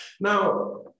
Now